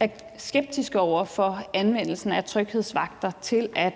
er skeptiske over for anvendelsen af tryghedsvagter til at,